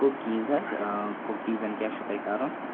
cookies حظ آ کُکیٖزَن کیٛاہ چھُو تۄہہِ کَرُن